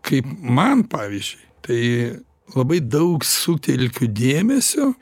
kaip man pavyzdžiui tai labai daug sutelkiu dėmesio